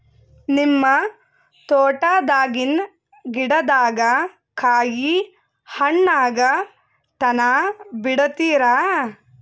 ನಿಮ್ಮ ತೋಟದಾಗಿನ್ ಗಿಡದಾಗ ಕಾಯಿ ಹಣ್ಣಾಗ ತನಾ ಬಿಡತೀರ?